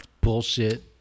bullshit